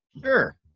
Sure